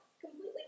Completely